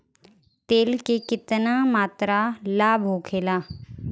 तेल के केतना मात्रा लाभ होखेला?